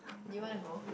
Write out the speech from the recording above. do you want to go